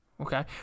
Okay